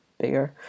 bigger